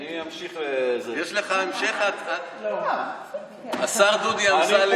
אני אמשיך, יש לך המשך, השר דודי אמסלם?